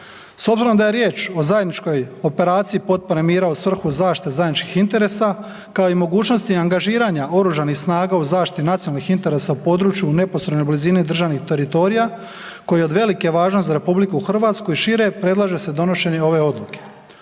S obzirom da je riječ o zajedničkoj operaciji potpore mira u svrhu zaštite zajedničkih interesa kao i mogućnosti angažiranja Oružanih snaga u zaštiti nacionalnih interesa u području u neposrednoj blizini državnih teritorija koji je od velike važnosti za RH i šire, predlaže se donošenje ove odluke.